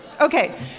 Okay